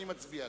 נא להצביע.